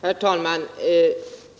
Herr talman!